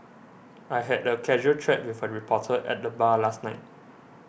I had a casual chat with a reporter at the bar last night